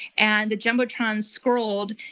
and the jumbotron scrolled,